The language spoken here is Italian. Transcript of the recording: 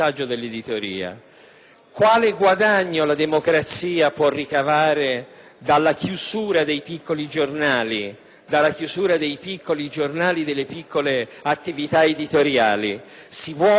dalla chiusura dei piccoli giornali, delle piccole attivita editoriali? Si vuole determinare un panorama grigio, uniforme, dove esiste soltanto la grande editoria che non ha bisogno di sostegno.